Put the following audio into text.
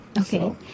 Okay